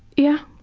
yeah.